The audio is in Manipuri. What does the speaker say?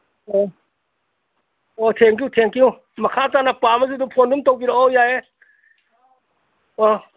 ꯑ ꯑꯣ ꯊꯦꯡꯀ꯭ꯌꯨ ꯊꯦꯡꯀ꯭ꯌꯨ ꯃꯈꯥ ꯇꯥꯅ ꯄꯥꯝꯃꯁꯨ ꯗꯨꯝ ꯐꯣꯟ ꯑꯗꯨꯝ ꯇꯧꯕꯤꯔꯛꯑꯣ ꯌꯥꯏꯌꯦ ꯑꯣ